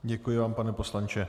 Děkuji vám, pane poslanče.